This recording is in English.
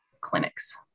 clinics